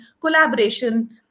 collaboration